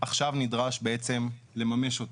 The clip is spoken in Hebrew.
נדרש בעצם לממש אותם.